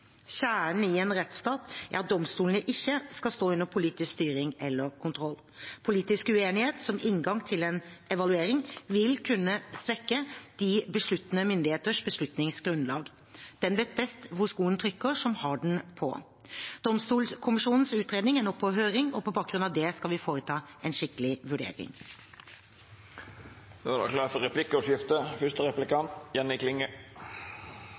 Kjernen i en rettsstat er at domstolene ikke skal stå under politisk styring eller kontroll. Politisk uenighet som inngang til en evaluering vil kunne svekke de besluttende myndighetenes beslutningsgrunnlag. Den vet best hvor skoen trykker, som har den på. Domstolkommisjonens utredning er nå på høring, og på bakgrunn av det skal vi foreta en skikkelig